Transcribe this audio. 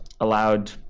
allowed